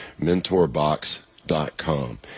MentorBox.com